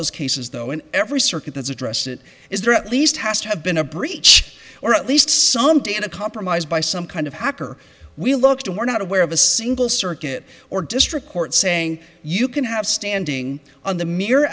those cases though and every circuit that's addressed it is there at least has to have been a breach or at least some data compromised by some kind of hacker we look to we're not aware of a single circuit or district court saying you can have standing on the mere